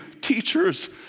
teachers